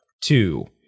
Two